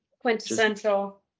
quintessential